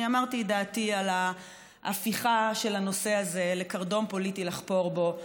אמרתי את דעתי על הפיכת הנושא הזה לקרדום פוליטי לחפור בו.